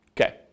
Okay